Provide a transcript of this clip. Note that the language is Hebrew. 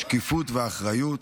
שקיפות ואחריות,